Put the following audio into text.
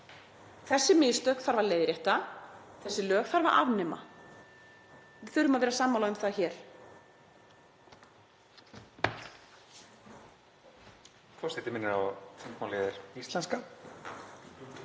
Þessi mistök þarf að leiðrétta. Þessi lög þarf að afnema. Við þurfum að vera sammála um það hér.